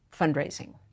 fundraising